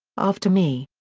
after me,